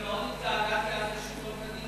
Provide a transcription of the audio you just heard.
אני מאוד התגעגעתי אז לשלטון קדימה.